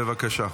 בבקשה.